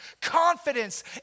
confidence